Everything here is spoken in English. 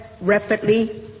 rapidly